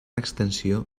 extensió